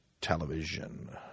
Television